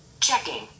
Checking